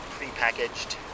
prepackaged